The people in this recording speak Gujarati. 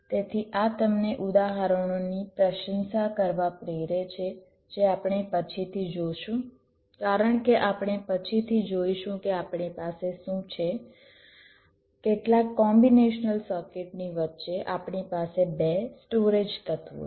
તેથી આ તમને ઉદાહરણોની પ્રશંસા કરવા પ્રેરે છે જે આપણે પછીથી જોશું કારણ કે આપણે પછીથી જોઈશું કે આપણી પાસે શું છે કેટલાક કોમ્બીનેશનલ સર્કિટની વચ્ચે આપણી પાસે બે સ્ટોરેજ તત્વો છે